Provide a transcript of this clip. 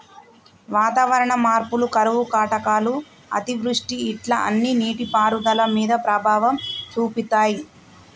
వాతావరణ మార్పులు కరువు కాటకాలు అతివృష్టి ఇట్లా అన్ని నీటి పారుదల మీద ప్రభావం చూపితాయ్